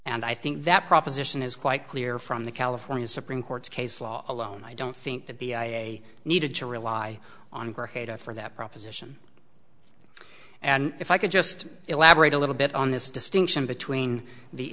and i think that proposition is quite clear from the california supreme court's case law alone i don't think that the a needed to rely on for that proposition and if i could just elaborate a little bit on this distinction between the